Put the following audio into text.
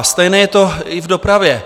Stejné je to i v dopravě.